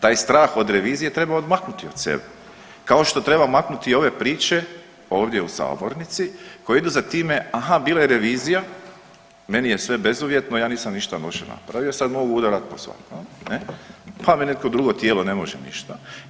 Taj strah od revizije treba odmaknuti od sebe kao što treba maknuti i ove priče ovdje u sabornici koje idu za time, aha bila je revizija, meni je sve bezuvjetno, ja nisam ništa loše napravio sad mogu udarat po svom, pa mi neko drugo tijelo ne može ništa.